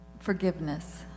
Forgiveness